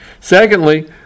Secondly